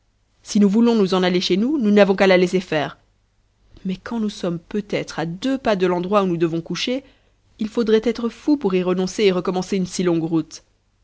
si nous voulons nous en aller chez nous nous n'avons qu'à la laisser faire mais quand nous sommes peut-être à deux pas de l'endroit où nous devons coucher il faudrait être fou pour y renoncer et recommencer une si longue route